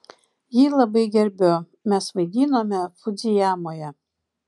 jį labai gerbiu mes vaidinome fudzijamoje